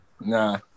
nah